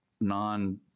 non